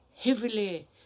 heavily